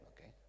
okay